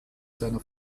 seiner